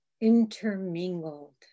intermingled